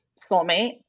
soulmate